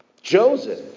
Joseph